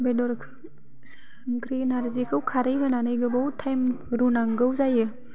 बेदरखौ संख्रै नारजिखौ खारै होन्नानै गोबाव टाइम रुनांगौ जायो